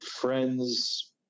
friends